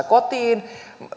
kotiin